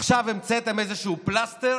עכשיו המצאתם איזשהו פלסטר